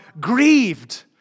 grieved